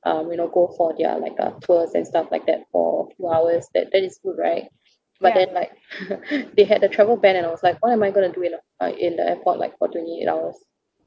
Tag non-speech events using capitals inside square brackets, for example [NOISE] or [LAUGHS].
um you know go for their like uh tours and stuff like that for few hours then that is good right but then like [LAUGHS] they had a travel ban and I was like what am I gonna do in a flight in the airport like for twenty eight hours